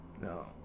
No